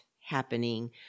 happening